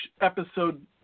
episode